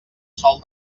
sol